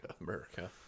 America